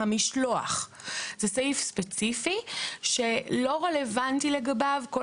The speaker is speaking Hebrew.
המשלוח זה סעיף ספציפי שלא רלוונטי לגביו כל